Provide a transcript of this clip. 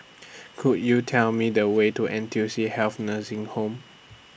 Could YOU Tell Me The Way to N T U C Health Nursing Home